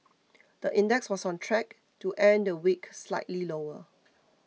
the index was on track to end the week slightly lower